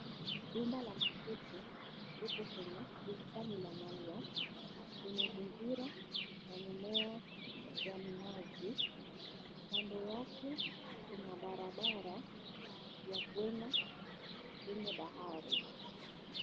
Jumba la makuti liko kwenye bustani la maua limezingirwa na mimea ya mnazi, kando yake kuna barabara ya kuenda kwenye bahari.